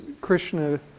Krishna